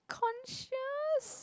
concious